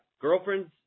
girlfriend's